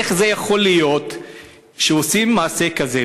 איך יכול להיות שעושים מעשה כזה?